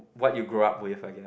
what you grow up with I guess